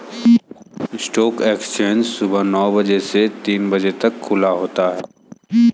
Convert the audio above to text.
stock exchange सुबह नो बजे से तीन बजे तक खुला होता है